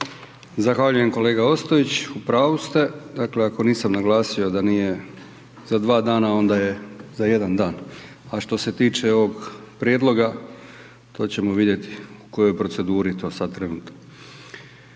Zahvaljujem kolega Ostojić. U pravu ste, dakle ako nisam naglasio da nije za dva dana onda je za jedan dan. A što se tiče ovog prijedloga to ćemo vidjeti u kojoj je proceduri to sada trenutno.